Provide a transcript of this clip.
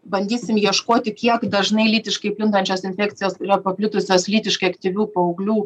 bandysim ieškoti kiek dažnai lytiškai plintančios infekcijos yra paplitusios lytiškai aktyvių paauglių